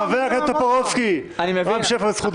חבר הכנסת טופורובסקי, רם שפע בזכות דיבור.